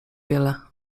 wiele